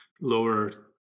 lower